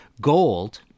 gold